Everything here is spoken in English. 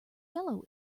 yellow